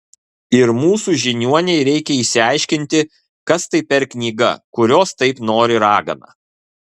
ir mūsų žiniuonei reikia išsiaiškinti kas tai per knyga kurios taip nori ragana